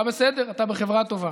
אה, בסדר, אתה בחברה טובה.